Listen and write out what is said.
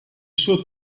suo